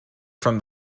from